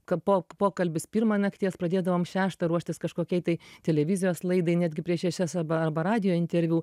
ka po pokalbius pirmą nakties pradėdavom šeštą ruoštis kažkokiai tai televizijos laidai netgi prieš šešias arba arba radijo interviu